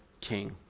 king